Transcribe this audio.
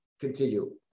continue